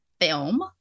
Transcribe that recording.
film